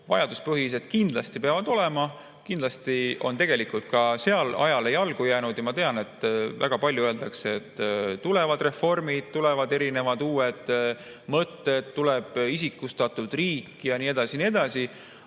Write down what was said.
Vajaduspõhised peavad kindlasti olema. Kindlasti on tegelikult ka seal ajale jalgu jäänut. Ma tean, et väga sageli öeldakse, et tulevad reformid, tulevad erinevad uued mõtted, tuleb isikustatud riik ja nii edasi ja nii edasi.